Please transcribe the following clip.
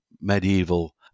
medieval